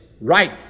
right